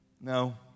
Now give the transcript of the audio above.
No